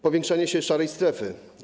Powiększanie się szarej strefy.